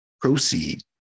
proceed